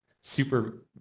Super